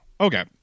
Okay